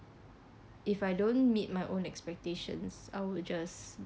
if I don't meet my own expectations i will just